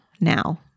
now